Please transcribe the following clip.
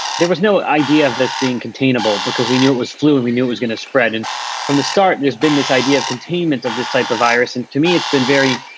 there was no idea of this being containable because we knew it was flu, and we knew was going to spread. and from the start, there's been this idea of containment of this type of virus. and to me, it's been very,